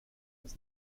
was